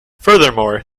furthermore